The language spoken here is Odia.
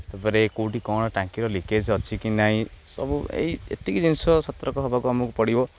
ତା'ପରେ କେଉଁଠି କ'ଣ ଟାଙ୍କିର ଲିକେଜ୍ ଅଛି କି ନାହିଁ ସବୁ ଏଇ ଏତିକି ଜିନିଷ ସତର୍କ ହେବାକୁ ଆମକୁ ପଡ଼ିବ